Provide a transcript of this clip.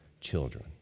children